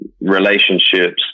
relationships